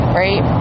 right